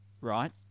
right